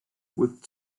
with